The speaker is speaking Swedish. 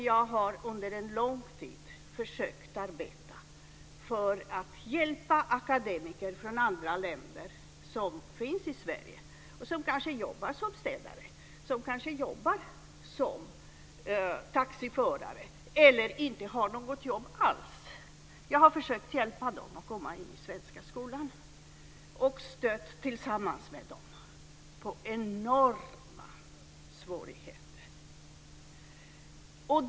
Jag har under en lång tid försökt hjälpa akademiker från andra länder som finns i Sverige och som kanske jobbar som städare, som taxiförare eller inte har något jobb alls att komma in i den svenska skolan och tillsammans med dem stött på enorma svårigheter.